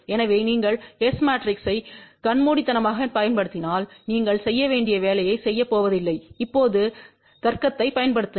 எனவே நீங்கள் S மேட்ரிக்ஸை கண்மூடித்தனமாகப் பயன்படுத்தினால் நீங்கள் செய்ய வேண்டிய வேலையைச் செய்யப்போவதில்லை இப்போது தர்க்கத்தைப் பயன்படுத்துங்கள்